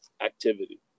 activity